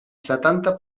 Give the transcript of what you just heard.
setanta